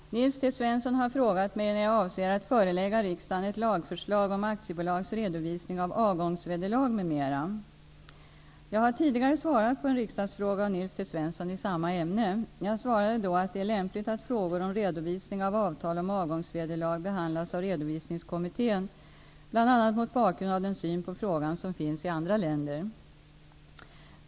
Fru talman! Nils T Svensson har frågat mig när jag avser att förelägga riksdagen ett lagförslag om aktiebolags redovisning av avgångsvederlag m.m. Jag har tidigare svarat på en riksdagsfråga av Nils T Svensson i samma ämne. Jag svarade då att det är lämpligt att frågor om redovisning av avtal om avgångsvederlag behandlas av redovisningskommittén, bl.a. mot bakgrund av den syn på frågan som finns i andra länder.